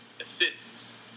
assists